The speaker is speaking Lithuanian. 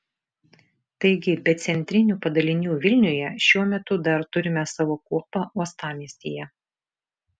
taigi be centrinių padalinių vilniuje šiuo metu dar turime savo kuopą uostamiestyje